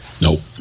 Nope